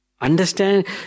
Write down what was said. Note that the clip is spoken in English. understand